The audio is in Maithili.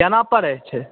केना पड़ै छै